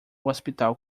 hospital